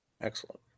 Excellent